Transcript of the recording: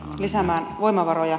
lisäämään voimavaroja